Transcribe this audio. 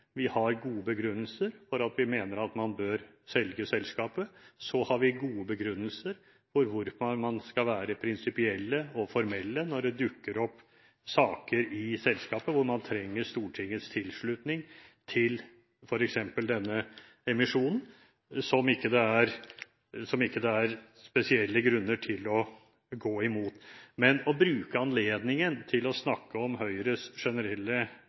vi har gode begrunnelser for å mene at man bør selge selskapet. Så har vi gode begrunnelser for hvorfor man skal være prinsipielle og formelle når det dukker opp saker i selskaper der man trenger Stortingets tilslutning, f.eks. til denne emisjonen som det ikke er spesielle grunner til å gå imot. Men å bruke anledningen til å snakke om Høyres generelle